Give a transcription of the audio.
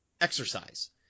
exercise